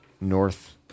north